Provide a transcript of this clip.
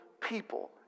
people